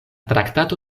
traktato